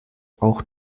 auch